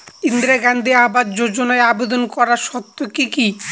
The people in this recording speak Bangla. ইন্দিরা গান্ধী আবাস যোজনায় আবেদন করার শর্ত কি কি?